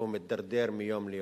והוא מידרדר מיום ליום.